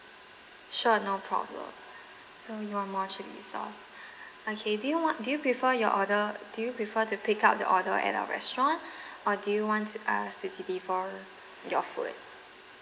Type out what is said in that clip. sure no problem so you want more chilli sauce okay do want do you prefer your order do you prefer to pick up the order at our restaurant or do you want us to deliver your food